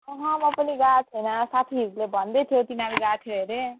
अहँ म पनि गएको छैन साथीहरूले भन्दै थियो तिनीहरू गएको थियो अरे